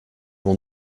vont